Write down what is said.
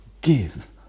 give